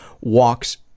walks